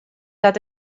dat